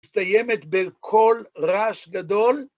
מסתיימת בקול רעש גדול.